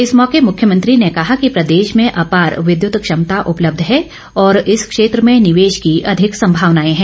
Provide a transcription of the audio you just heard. इस मौके मुख्यमंत्री ने कहा कि प्रदेश में अपार विद्यत क्षमता उपलब्ध है और इस क्षेत्र में निवेश की अधिक संभावनाए है